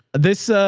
this,